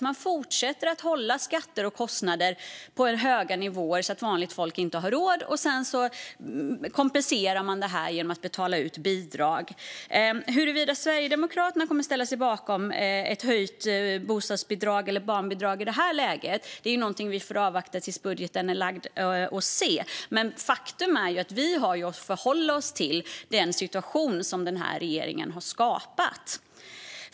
Man fortsätter att hålla skatter och kostnader på höga nivåer så att vanligt folk inte har råd, och sedan kompenserar man det genom att betala ut bidrag. Huruvida Sverigedemokraterna kommer att ställa sig bakom ett höjt bostadsbidrag eller barnbidrag är i det här läget något vi får avvakta tills budgeten är framlagd och se. Men faktum är att vi har att förhålla oss till den situation som den här regeringen har skapat.